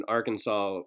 Arkansas